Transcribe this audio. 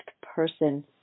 person